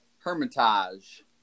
Hermitage